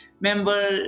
member